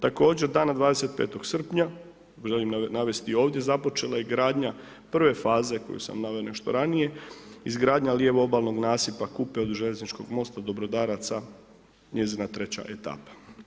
Također dana 25. srpnja, želim navesti i ovdje, započela je gradnja prve faze koju sam naveo nešto ranije izgradnja lijevo obalnog nasipa Kupe od Željezničkog mosta do Brodaraca, njezina treća etapa.